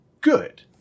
good